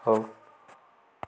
ହଉ